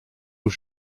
aux